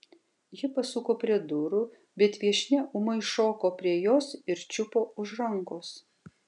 ji pasuko prie durų bet viešnia ūmai šoko prie jos ir čiupo už rankos